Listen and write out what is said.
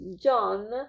john